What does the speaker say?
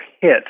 hit